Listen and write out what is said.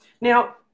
Now